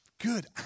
good